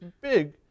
big